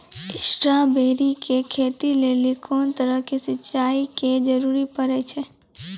Strawberry के खेती लेली कोंन तरह के सिंचाई के जरूरी पड़े छै?